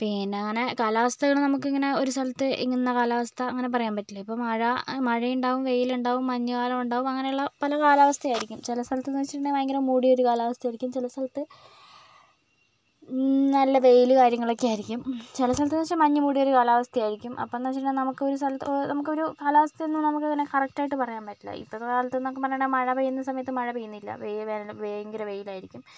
പിന്നങ്ങനെ കലാവസ്ഥകൾ നമുക്കിങ്ങനെ ഒരു സ്ഥലത്ത് ഇന്ന കാലാവസ്ഥയെന്ന് അങ്ങനെ പറയാൻ പറ്റില്ല ഇപ്പോൾ മഴ മഴയുണ്ടാകും വെയിലുണ്ടാകും മഞ്ഞു കാലമുണ്ടാകും അങ്ങനെയുള്ള പല കാലവസ്ഥയായിരിക്കും ചില സ്ഥലത്തെന്ന് വെച്ചിട്ടുണ്ടെങ്കിൽ ഭയങ്കര മൂടിയ ഒരു കലാവസ്ഥയായിരിക്കും ചില സ്ഥലത്ത് നല്ല വെയിൽ കാര്യങ്ങളൊക്കെയായിരിക്കും ചില സ്ഥലത്തെന്ന് വെച്ചാൽ മഞ്ഞു മൂടിയ ഒരു കാലാവസ്ഥയായിരിക്കും അപ്പോഴെന്ന് വെച്ചിട്ടുണ്ടെങ്കിൽ നമുക്ക് ഒരു സ്ഥല നമുക്കൊരു കാലവസ്ഥയെന്നതിനെ നമുക്കതിനേ കറക്റ്റായിട്ട് പറയാൻ പറ്റില്ല ഇപ്പോഴത്തെ കാലത്തെന്ന് പറയാണെങ്ങെ മഴ പെയ്യേണ്ട സമയത്ത് മഴ പെയ്യുന്നില്ല വെയിലാ ഭയങ്കര വെയിലായിരിക്കും